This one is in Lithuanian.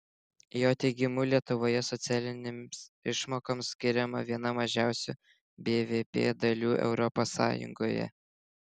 jo teigimu lietuvoje socialinėms išmokoms skiriama viena mažiausių bvp dalių europos sąjungoje